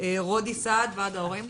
רודי סעד, בבקשה.